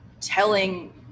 telling